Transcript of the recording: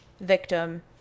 victim